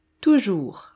Toujours